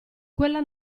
quella